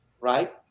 right